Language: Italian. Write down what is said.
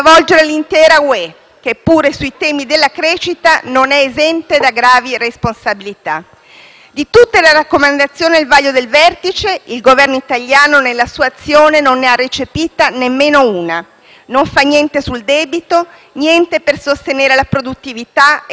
Di tutte le raccomandazioni al vaglio del vertice, il Governo italiano nella sua azione non ne ha recepita nemmeno una: non fa niente sul debito, niente per sostenere la produttività e non fa niente per far fronte a quelle che nel *dossier* europeo vengono chiamate le «sfide specifiche».